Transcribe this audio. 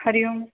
Hari Om